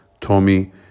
Tommy